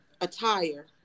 attire